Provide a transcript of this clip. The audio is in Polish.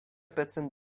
procent